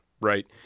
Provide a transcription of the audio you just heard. right